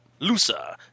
LUSA